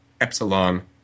Epsilon